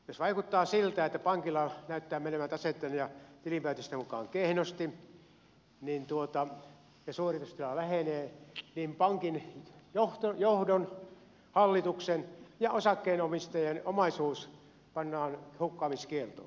jos vaikuttaa siltä että pankilla näyttää menevän taseitten ja tilinpäätösten mukaan kehnosti ja suoritustila lähenee niin pankin johdon hallituksen ja osakkeenomistajien omaisuus pannaan hukkaamiskieltoon